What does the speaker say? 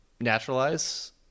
naturalize